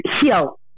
heal